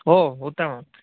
ओ उत्तमं